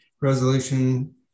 Resolution